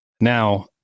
Now